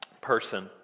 person